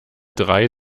drei